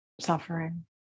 suffering